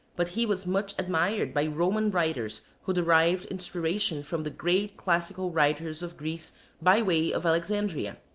but he was much admired by roman writers who derived inspiration from the great classical writers of greece by way of alexandria.